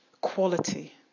quality